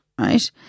right